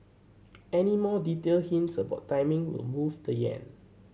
any more detailed hints about timing will move the yen